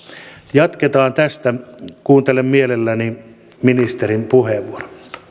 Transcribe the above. jatketaan tästä kuuntelen mielelläni ministerin puheenvuoron